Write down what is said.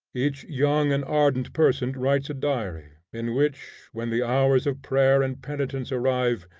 each young and ardent person writes a diary, in which, when the hours of prayer and penitence arrive,